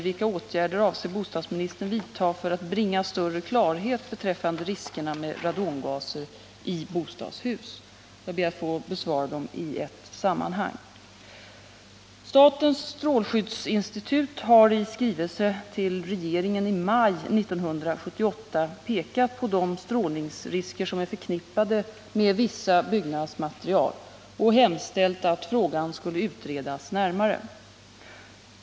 Jag ber att få besvara dem i ett sammanhang. Statens strålskyddsinstitut har i skrivelse till regeringen i maj 1978 pekat på de strålningsrisker som är förknippade med vissa byggnadsmaterial och hemställt att frågan skulle utredas närmare.